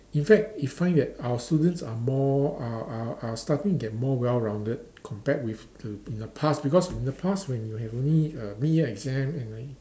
in fact you find that our students are more are are are starting to get more well rounded compared with in in the past because in the past when you have only err mid year exam and like